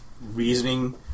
reasoning